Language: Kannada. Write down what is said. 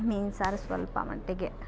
ಮೀನು ಸಾರು ಸ್ವಲ್ಪ ಮಟ್ಟಿಗೆ